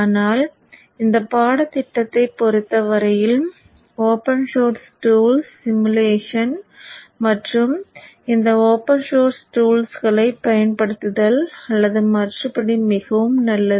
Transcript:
ஆனால் இந்தப் பாடத்திட்டத்தைப் பொறுத்த வரையில் ஓப்பன் சோர்ஸ் டூல்ஸ் சிமுலேஷன் மற்றும் இந்த ஓப்பன் சோர்ஸ் டூல்களைப் பயன்படுத்துதல் அல்லது மற்றபடி மிகவும் நல்லது